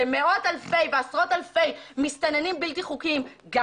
למאות אלפי ועשרות אלפי מסתננים בלתי חוקיים גם